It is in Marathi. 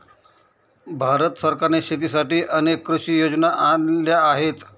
भारत सरकारने शेतीसाठी अनेक कृषी योजना आणल्या आहेत